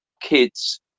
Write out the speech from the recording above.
kids